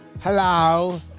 Hello